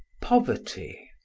poverty